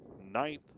ninth